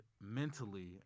mentally